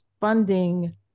funding